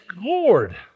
Lord